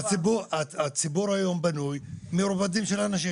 והציבור בנוי מרבדים של אנשים.